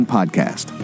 Podcast